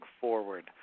forward